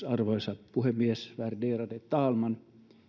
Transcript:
arvoisa puhemies värderade talman